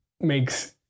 makes